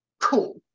cool